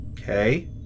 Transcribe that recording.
Okay